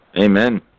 Amen